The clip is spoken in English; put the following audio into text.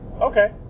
Okay